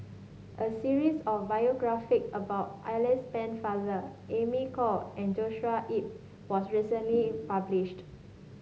a series of biography about Alice Pennefather Amy Khor and Joshua Ip was recently published